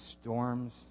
storms